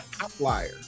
outlier